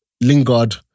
Lingard